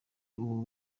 ubu